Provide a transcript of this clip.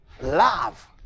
love